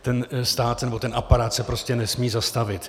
Ten stát nebo ten aparát se prostě nesmí zastavit.